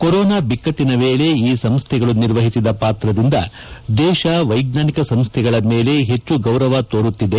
corona ಬಿಕ್ಕಟ್ಟಿನ ವೇಳೆ ಈ ಸಂಸ್ಥೆಗಳು ನಿರ್ವಹಿಸಿದ ಪಾತ್ರದಿಂದ ದೇಶ ವ್ಷೆಜ್ಞಾನಿಕ ಸಂಸ್ಥೆಗಳ ಮೇಲೆ ಹೆಚ್ಚು ಗೌರವ ತೊರುತ್ತಿದೆ